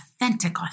authentic